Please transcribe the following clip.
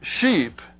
sheep